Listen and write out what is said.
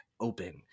open